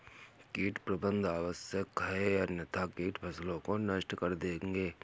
कीट प्रबंधन आवश्यक है अन्यथा कीट फसलों को नष्ट कर देंगे